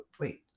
wait